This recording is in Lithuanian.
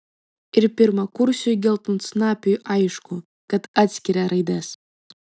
ir pirmakursiui geltonsnapiui aišku kad atskiria raides